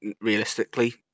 Realistically